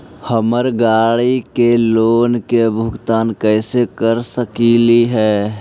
हम गाड़ी के लोन के भुगतान कैसे कर सकली हे?